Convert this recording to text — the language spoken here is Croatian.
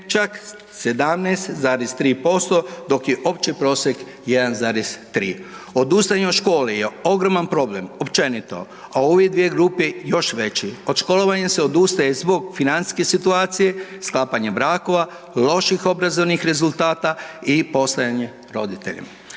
čak 17,3% dok je opći prosjek 1,3. Odustajanje od škole je ogroman problem općenito, a u ove dvije grupe još veći. Od školovanja se odustaje zbog financijske situacije, sklapanja brakova, loših obrazovnih rezultata i postojanja roditeljem.